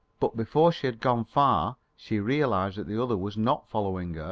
but before she had gone far, she realised that the other was not following her,